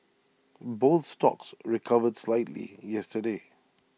both stocks recovered slightly yesterday